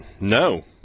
no